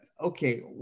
Okay